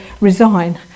resign